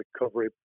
recovery